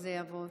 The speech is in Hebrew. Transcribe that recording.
שזה יעבור?